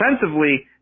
Defensively